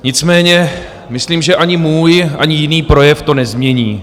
Nicméně myslím, že ani můj, ani jiný projev to nezmění.